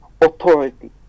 authority